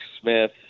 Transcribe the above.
Smith